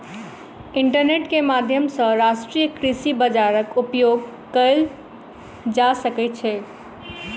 internet के माध्यम सॅ राष्ट्रीय कृषि बजारक उपयोग कएल जा सकै छै